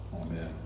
Amen